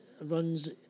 runs